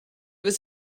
was